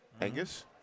Angus